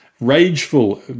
rageful